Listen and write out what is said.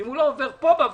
ואם הוא לא עובר פה בוועדה,